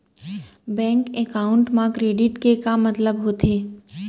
Bank account मा credit के का मतलब होथे?